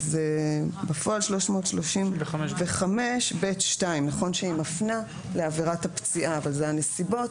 סעיף 335ב(2) שמפנה לעבירת הפציעה אבל אלה הנסיבות